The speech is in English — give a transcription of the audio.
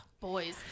boys